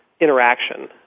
interaction